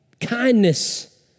Kindness